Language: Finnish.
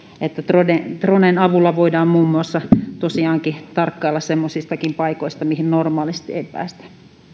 että dronen avulla voidaan tosiaankin muun muassa tarkkailla semmoisistakin paikoista mihin normaalisti ei päästä